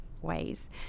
ways